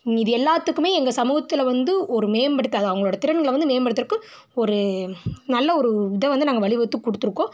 இது எல்லாத்துக்குமே எங்கள் சமூகத்தில் வந்து ஒரு மேம்படுத்த அது அவங்களோடய திறன்களை வந்து மேம்படுத்துறதுக்கும் ஒரு நல்ல ஒரு இதை வந்து நாங்கள் வழிவகுத்து கொடுத்துருக்கோம்